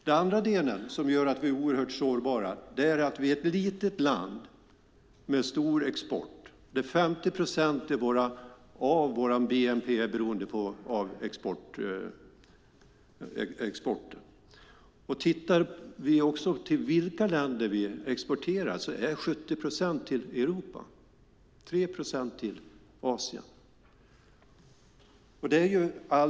Den andra delen som gör att vi är oerhört sårbara är att vi är ett litet land med stor export, där 50 procent av vår bnp är beroende av exporten. Tittar vi på vilka länder vi exporterar till ser vi att det till 70 procent är till Europa och 3 procent till Asien.